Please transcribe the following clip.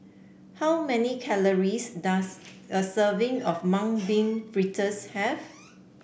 how many calories does a serving of Mung Bean Fritters have